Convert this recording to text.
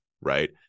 right